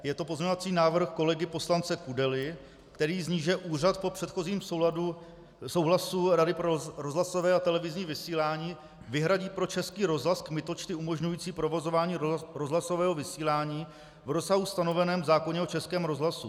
Je to pozměňovací návrh kolegy poslance Kudely, který zní, že úřad po předchozím souhlasu Rady pro rozhlasové a televizní vysílání vyhradí pro Český rozhlas kmitočty umožňující provozování rozhlasového vysílání v rozsahu stanoveném v zákoně o Českém rozhlasu.